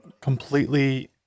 completely